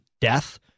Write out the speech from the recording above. death